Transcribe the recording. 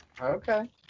Okay